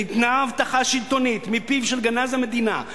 ניתנה הבטחה שלטונית מפיו של גנז המדינה,